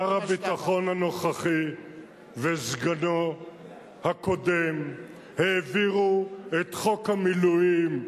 שר הביטחון הנוכחי וסגנו הקודם העבירו את חוק המילואים,